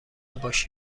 ﺧﻮﺭﺩﯾﻢ